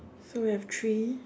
so we have three